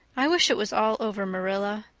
i wish it was all over, marilla.